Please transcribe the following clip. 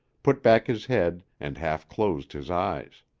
put back his head and half-closed his eyes.